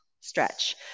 stretch